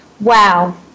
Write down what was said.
Wow